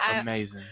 Amazing